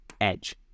edge